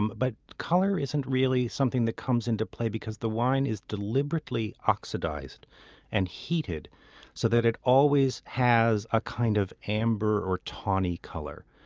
um but color isn't really something that comes into play because the wine is deliberately oxidized and heated so that it always has a kind of amber or tawny color.